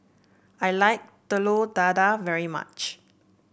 I like Telur Dadah very much